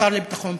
השר לביטחון פנים.